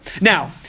Now